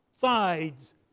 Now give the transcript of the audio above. sides